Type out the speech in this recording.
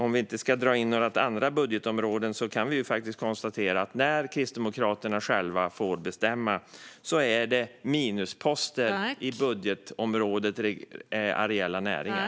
Om vi inte ska dra in några andra områden kan vi konstatera att när Kristdemokraterna själva får bestämma är det minusposter i budgetområdet areella näringar.